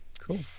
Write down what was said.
Cool